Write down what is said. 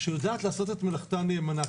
שיודעת לעשות מלאכתה נאמנה.